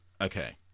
Okay